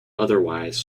otherwise